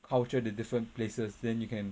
culture the different places then you can